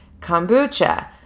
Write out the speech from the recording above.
kombucha